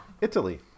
Italy